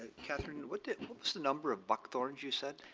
what was the number of buck thorns you said.